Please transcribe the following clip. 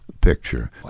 picture